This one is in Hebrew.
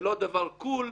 זה לא דבר cool,